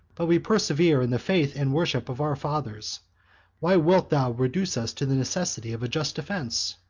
but we persevere in the faith and worship of our fathers why wilt thou reduce us to the necessity of a just defence?